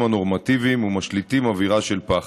הנורמטיביים ומשליטים אווירה של פחד.